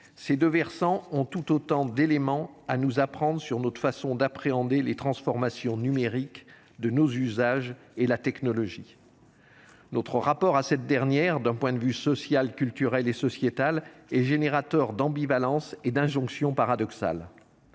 ces deux versants ont tout autant d’éléments à nous apprendre sur notre façon d’appréhender les transformations numériques de nos usages et la technologie. Notre rapport à cette dernière, d’un point de vue social, culturel et sociétal, est créateur d’ambivalences et d’injonctions paradoxales.